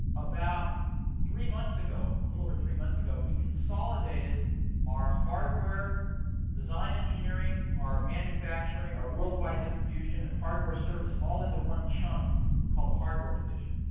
about three months ago, a little over three months ago, we consolidated our hardware design engineering, our manufacturing, our worldwide distribution, and hardware service all into one chunk called the hardware division.